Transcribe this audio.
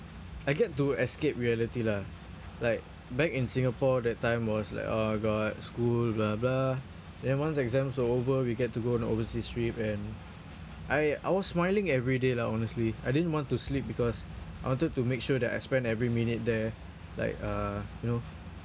I get to escape reality lah like back in Singapore that time was like oh god school blah blah then once exams over we get to go on overseas trip and I I was smiling everyday lah honestly I didn't want to sleep because I wanted to make sure that I spend every minute there like uh you know